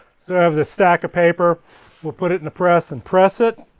so have this stack of paper we'll put it in the press and press it.